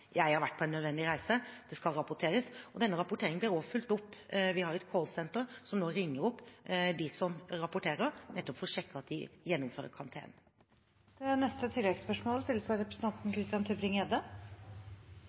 har vært på en nødvendig reise. Det skal rapporteres, og den rapporteringen blir også fulgt opp. Vi har et callsenter som nå ringer opp dem som rapporterer, nettopp for å sjekke at de gjennomfører